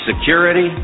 security